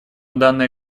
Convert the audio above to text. данная